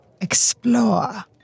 explore